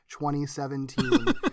2017